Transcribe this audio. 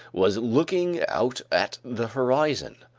was looking out at the horizon.